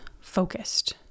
focused